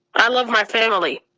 i love my family.